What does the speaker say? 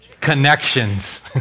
Connections